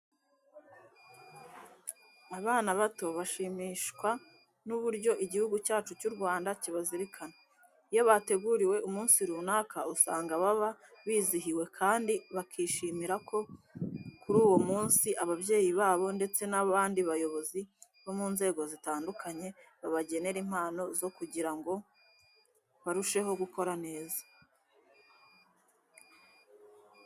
Abana bato bashimishwa n'uburyo Igihugu cyacu cy'u Rwanda kibazirikana. Iyo bateguriwe umunsi runaka, usanga baba bizihiwe kandi bakishimira ko kuri uwo munsi ababyeyi babo ndetse n'abandi bayobozi bo mu nzego zitandukanye babagenera impano zo kugira ngo barusheho gukora neza.